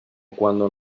cuando